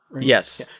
Yes